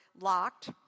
locked